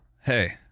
hey